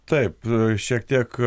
taip šiek tiek